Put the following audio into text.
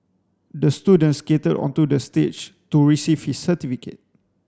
the student skated onto the stage to receive his certificate